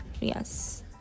Yes